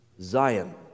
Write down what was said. Zion